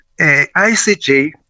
ICJ